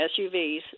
SUVs